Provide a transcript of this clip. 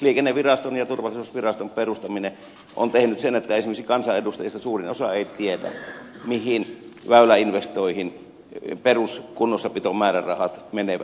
liikenneviraston ja liikenteen turvallisuusviraston perustaminen on tehnyt sen että esimerkiksi kansanedustajista suurin osa ei tiedä mihin väyläinvestointeihin peruskunnossapitomäärärahat menevät